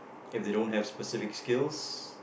if they don't have specific skills